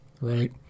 Right